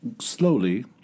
slowly